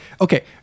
okay